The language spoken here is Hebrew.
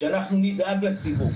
שנדאג לציבור.